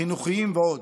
חינוכיים ועוד.